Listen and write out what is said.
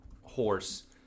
horse